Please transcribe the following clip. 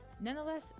nonetheless